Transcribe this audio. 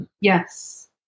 Yes